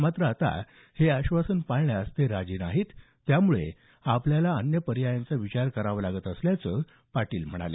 मात्र आता ते हे आश्वासन पाळण्यास राजी नाहीत त्यामुळे आपल्याला अन्य पर्यायांचा विचार करावा लागत असल्याचं पाटील म्हणाले